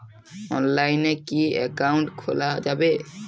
অনলাইনে কি অ্যাকাউন্ট খোলা যাবে?